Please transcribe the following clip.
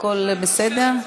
הכול בסדר?